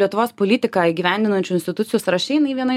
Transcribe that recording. lietuvos politiką įgyvendinančių institucijų sąraše jinai viena